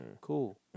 Cool